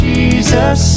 Jesus